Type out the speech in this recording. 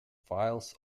files